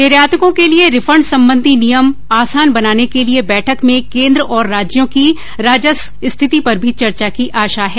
निर्यातकों के लिए रिफंड संबंधी नियम आसान बनाने के लिए बैठक में केन्द्र और राज्यों की राजस्व स्थिति पर भी चर्चा की आशा है